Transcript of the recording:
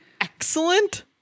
excellent